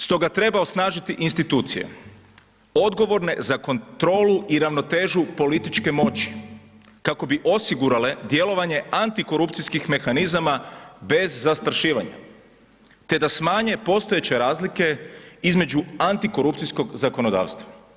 Stoga treba osnažiti institucije odgovorne za kontrolu i ravnotežu političke moći kako bi osigurale djelovanje antikorupcijskih mehanizama bez zastrašivanja, te da smanje postojeće razlike između antikorupcijskog zakonodavstva.